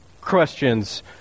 questions